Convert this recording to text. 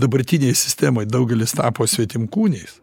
dabartinėj sistemoj daugelis tapo svetimkūniais